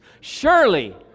surely